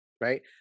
right